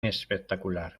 espectacular